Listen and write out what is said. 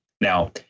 Now